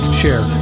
share